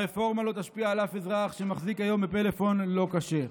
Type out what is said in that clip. הרפורמה לא תשפיע על אף אזרח שמחזיק היום בפלאפון לא כשר.